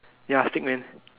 ya stick man